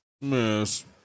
Yes